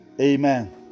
amen